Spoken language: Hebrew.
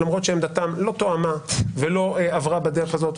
למרות שעמדתם לא תואמה ולא עברה בדרך הזאת,